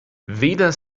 weder